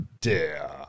dare